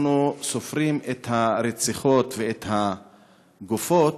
אנחנו סופרים את הרציחות ואת הגופות,